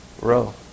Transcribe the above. Row